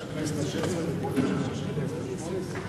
הכנסת השש-עשרה או יושב-ראש הכנסת השמונה-עשרה.